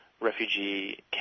refugee